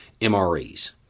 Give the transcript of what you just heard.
MREs